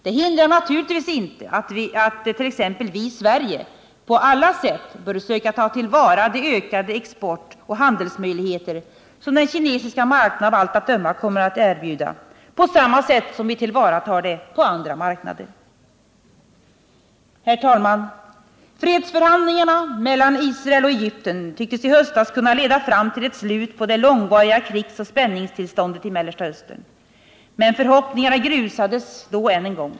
Det hindrar naturligtvis inte att t.ex. vii Sverige på alla sätt bör söka ta till vara de ökade exportoch handelsmöjligheter som den kinesiska marknaden av allt att döma kommer att erbjuda — på samma sätt som vi tillvaratar sådana möjligheter på andra marknader. Herr talman! Fredsförhandlingarna mellan Israel och Egypten tycktes i höstas kunna leda fram till ett slut på det långvariga krigsoch spänningstillståndet i Mellersta Östern. Men förhoppningarna grusades då än en gång.